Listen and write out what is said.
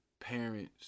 parents